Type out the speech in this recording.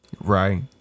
Right